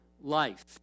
life